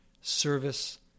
service